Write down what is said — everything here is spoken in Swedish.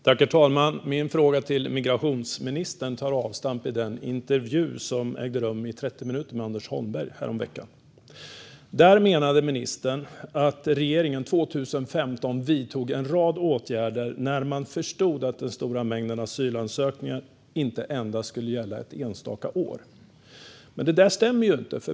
Herr talman! Min fråga till migrationsministern tar avstamp i den intervju som ägde rum i 30 minuter med Anders Holmberg häromveckan. Där menade ministern att regeringen 2015 vidtog en rad åtgärder när man förstod att den stora mängden asylansökningar inte skulle gälla endast ett enstaka år. Det här stämmer ju inte.